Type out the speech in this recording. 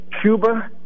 Cuba